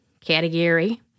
Category